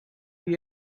you